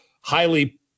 highly